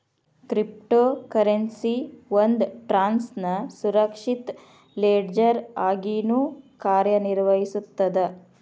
crypto currency ಒಂದ್ ಟ್ರಾನ್ಸ್ನ ಸುರಕ್ಷಿತ ಲೆಡ್ಜರ್ ಆಗಿನೂ ಕಾರ್ಯನಿರ್ವಹಿಸ್ತದ